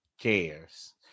cares